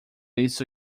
isso